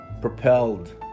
propelled